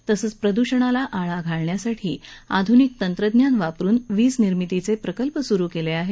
तसंच प्रदूषणाला आळा घालण्यासाठी आध्निक तंत्रज्ञान वापरून वीज निर्मितीचे प्रकल्प सुरू केले आहेत